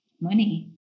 money